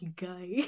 guy